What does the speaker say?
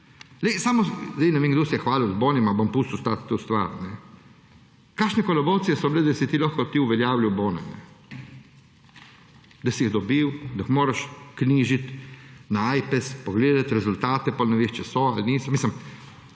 ne vem, kdo se je hvalil z boni, ma, bom pustil stati to stvar. Kakšne kolobocije so bile, da si ti lahko uveljavljal bone, da si jih dobil, da jih moraš knjižiti na Ajpes, pogledati rezultate, pa ne veš, če so ali niso.